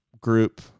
group